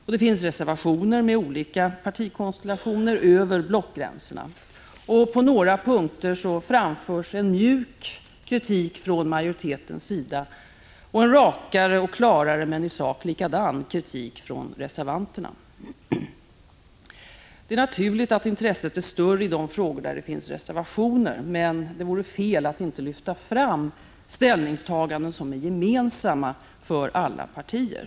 Det finns också reservationer med olika partikonstellationer över blockgränserna. På några punkter framförs en mjuk kritik från majoritetens sida och en rakare och klarare men i sak likadan kritik från reservanterna. Det är naturligt att intresset är större i de frågor där det finns reservationer, men det vore fel att inte lyfta fram ställningstaganden som är gemensamma för alla partier.